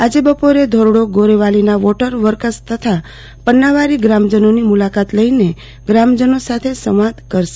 આજે બપોરે ધોરડો ગોરેવાલીના વોટર વર્કસ તથા પન્નાવારી ગ્રામજનોની મલાકાત લઈને ગ્રા મજનો સાથે સંવાદ કરશ